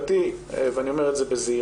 לשיטתי, ואני אומר את זה בזהירות,